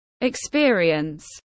experience